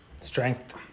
strength